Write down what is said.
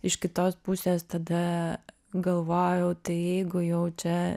iš kitos pusės tada galvojau tai jeigu jau čia